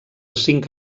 cinc